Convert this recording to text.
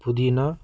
పుదీనా